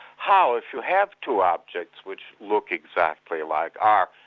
how, if you have two objects which look exactly alike, are,